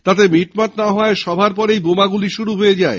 তাতে মিটমাট না হওয়ায় সভার পরেই বোমাগুলি শুরু হয়ে যায়